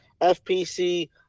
FPC